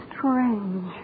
Strange